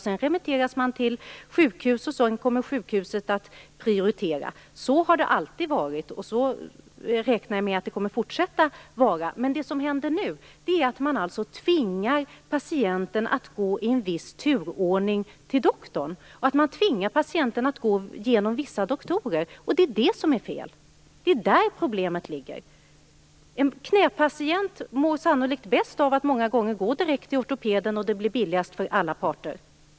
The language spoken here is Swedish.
Sedan remitteras man till sjukhus, och sjukhuset prioriterar. Så har det alltid varit, och så räknar jag med att det kommer att fortsätta att vara. Det som händer nu är att man tvingar patienten att gå till doktorn i en viss turordning och att man tvingar patienten att gå genom vissa doktorer. Det är det som är fel. Det är där problemet ligger. En knäpatient mår sannolikt många gånger bäst av att gå direkt till ortopeden, och det blir billigast för alla parter.